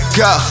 go